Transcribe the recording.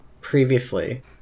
previously